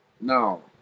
no